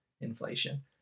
inflation